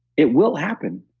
it will happen.